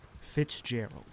Fitzgerald